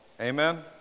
Amen